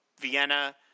Vienna